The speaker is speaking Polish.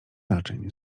naczyń